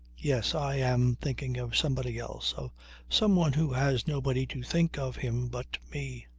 yes. i am thinking of somebody else, of someone who has nobody to think of him but me.